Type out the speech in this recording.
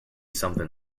something